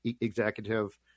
executive